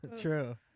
True